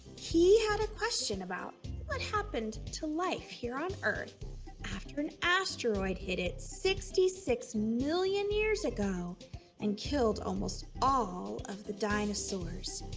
he had a question about what happened to life here on earth after an asteroid hit it sixty six million years ago and killed almost all of the dinosaurs.